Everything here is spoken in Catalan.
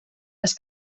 les